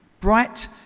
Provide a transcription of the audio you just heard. Bright